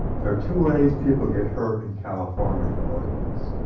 there are two ways people get hurt in california from earthquakes.